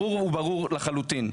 ברור וברור לחלוטין.